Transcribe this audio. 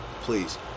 please